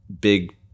big